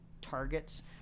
targets